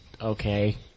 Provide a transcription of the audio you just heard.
okay